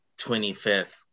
25th